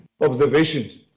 observations